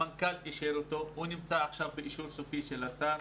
המנכ"ל אישר את הקול קורא הזה והוא נמצא עכשיו באישור סופי של השר.